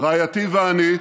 רעייתי ואני,